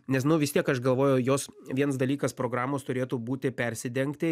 nes nu vis tiek aš galvojau jos viens dalykas programos turėtų būti persidengti